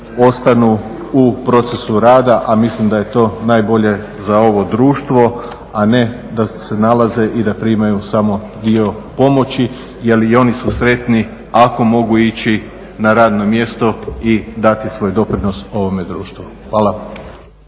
ostanu u procesu rada, a mislim da je to najbolje za ovo društvo. A ne da se nalaze i da primaju samo dio pomoći. Jer i oni su sretni ako mogu ići na radno mjesto i dati svoj doprinos ovome društvu. Hvala.